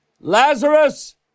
Lazarus